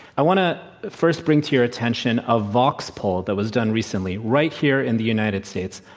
i want to first bring to your attention a vox poll that was done recently, right here in the united states.